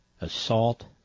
assault